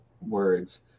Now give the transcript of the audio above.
words